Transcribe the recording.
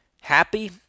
Happy